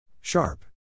Sharp